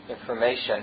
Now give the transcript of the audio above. information